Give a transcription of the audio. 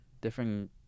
Different